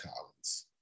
Collins